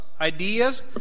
ideas